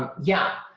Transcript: yeah,